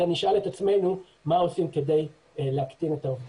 אלא נשאל את עצמנו מה עושים כדי להקטין את הסכום.